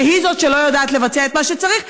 והיא זו שלא יודעת לבצע את מה שצריך,